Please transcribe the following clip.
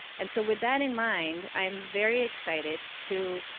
and so with that in mind, i'm very excited to